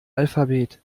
alphabet